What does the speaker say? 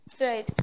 Right